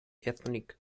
ethnic